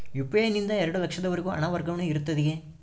UPI ನಿಂದ ಎರಡು ಲಕ್ಷದವರೆಗೂ ಹಣ ವರ್ಗಾವಣೆ ಇರುತ್ತದೆಯೇ?